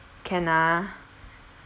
can ah